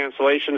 cancellations